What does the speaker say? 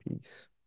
peace